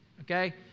Okay